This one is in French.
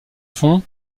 fond